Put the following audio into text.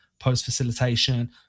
post-facilitation